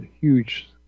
huge